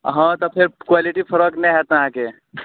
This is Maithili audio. हँ तऽ फेर क्वालिटी फर्क नहि होयत अहाँके